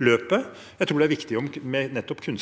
løpet. Jeg tror det er viktig med nettopp kunnskap og